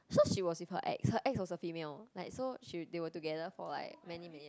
so she was with her ex her ex was a female like so she they were together for like many minute